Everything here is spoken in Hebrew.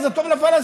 זה טוב לפלסטינים.